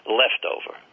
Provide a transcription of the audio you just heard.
leftover